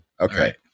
Okay